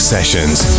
Sessions